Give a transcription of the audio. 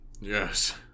Yes